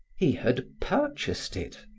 he had purchased it.